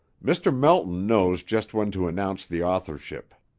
mr. melton knows just when to announce the authorship.